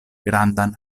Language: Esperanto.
grandan